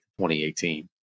2018